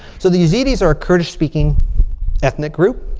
so the yazidis are kurdish speaking ethnic group.